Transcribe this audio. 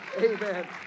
Amen